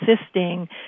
assisting